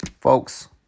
Folks